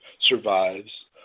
survives